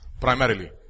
Primarily